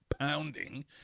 pounding